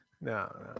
No